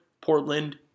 Portland